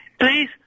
Please